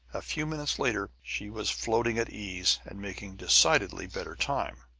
a few minutes later she was floating at ease, and making decidedly better time.